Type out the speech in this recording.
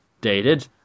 dated